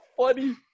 funny